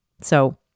So-